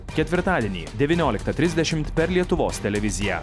ketvirtadienį devynioliktą trisdešimt per lietuvos televiziją